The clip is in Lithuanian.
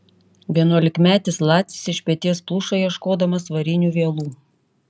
vienuolikmetis lacis iš peties pluša ieškodamas varinių vielų